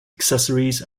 accessories